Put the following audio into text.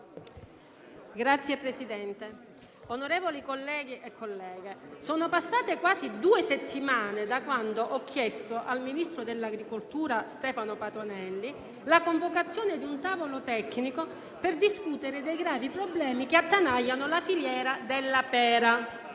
Signor Presidente, onorevoli colleghi e colleghe, sono passate quasi due settimane da quando ho chiesto al ministro delle politiche agricole alimentari e forestali Stefano Patuanelli la convocazione di un tavolo tecnico per discutere dei gravi problemi che attanagliano la filiera della pera.